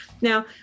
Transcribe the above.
Now